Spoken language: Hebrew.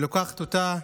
ולוקחת אותה,